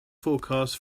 forecast